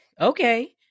okay